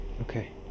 Okay